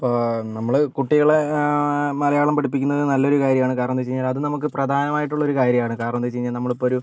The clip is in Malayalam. ഇപ്പോൾ നമ്മൾ കുട്ടികളെ മലയാളം പഠിപ്പിക്കുന്നത് നല്ലൊരു കാര്യമാണ് കാരണമെന്താണെന്ന് വെച്ച് കഴിഞ്ഞാൽ അത് നമുക്ക് പ്രധാനമായിട്ടുള്ള ഒരു കാര്യമാണ് കാരണമെന്താണെന്ന് വെച്ച് കഴിഞ്ഞാൽ നമ്മളിപ്പൊരു